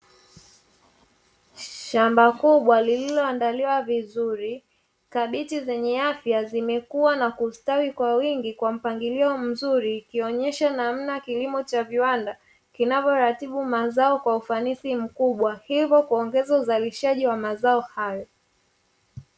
Shamba kubwa lililoandaliwa vizuri, kabichi zenye afya zimekua na kustawi kwa afya kwa mpangilio mzuri, ikionesha namna ya kilimo cha viwanda kinavoratibu mazao kwa ufanisi mkubwa hivyo kuongeza uzalishaji wa mazao hayo.